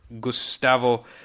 gustavo